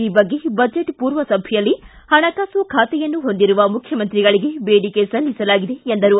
ಈ ಬಗ್ಗೆ ಬಜೆಟ್ ಪೂರ್ವ ಸಭೆಯಲ್ಲಿ ಹಣಕಾಸು ಖಾತೆಯನ್ನು ಹೊಂದಿರುವ ಮುಖ್ಯಮಂತ್ರಿಗಳಿಗೆ ಬೇಡಿಕೆ ಸಲ್ಲಿಸಲಾಗಿದೆ ಎಂದರು